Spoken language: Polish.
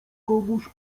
komuś